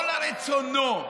לא לרצונו,